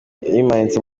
yimanitse